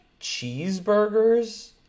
cheeseburgers